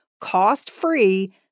cost-free